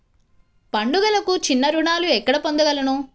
పండుగలకు చిన్న రుణాలు ఎక్కడ పొందగలను?